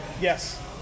Yes